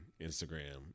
Instagram